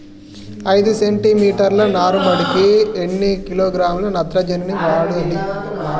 ఐదు సెంటిమీటర్ల నారుమడికి ఎన్ని కిలోగ్రాముల నత్రజని వాడాలి?